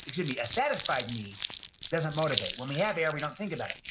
excuse me, a satisfied need doesn't motivate. when we have air, we don't think and